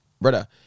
brother